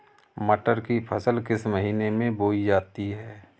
मटर की फसल किस महीने में बोई जाती है?